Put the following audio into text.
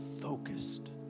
focused